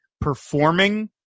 performing